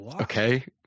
Okay